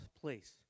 place